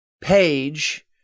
page